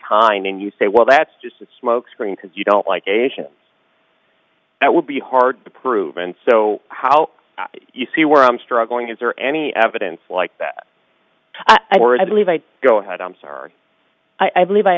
time and you say well that's just a smokescreen because you don't like asians that would be hard to prove and so how do you see where i'm struggling is there any evidence like i or i believe i go ahead i'm sorry i believe i